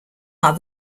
are